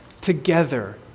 together